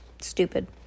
stupid